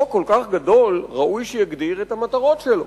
חוק כל כך גדול, ראוי שיגדיר את המטרות שלו.